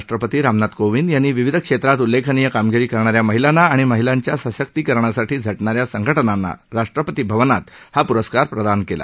राष्ट्रपती रामनाथ कोविंद यांनी विविध क्षेत्रात उल्लेखनीय कामगिरी करणाऱ्या महिलांना आणि महिलांच्या सशक्तीकरणासाठी झटणाऱ्या संघटनांना राष्ट्रपती भवनात हा पुरस्कार प्रदान केला